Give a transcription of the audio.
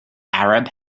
arab